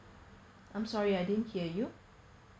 I'm sorry I didn't hear you